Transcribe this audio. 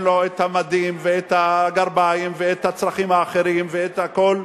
לו את המדים ואת הגרביים ואת הצרכים האחרים ואת הכול.